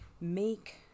make